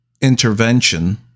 intervention